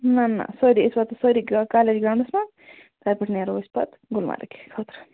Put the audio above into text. نہَ نہَ سٲرِی أسۍ واتو سٲرِی کالیج گرٛاونٛڈَس مَنٛز تَتہِ پٮ۪ٹھ نیرو أسۍ پَتہٕ گُلمرگہِ خٲطرٕ